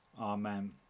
Amen